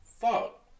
fuck